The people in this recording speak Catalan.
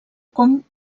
com